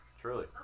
Truly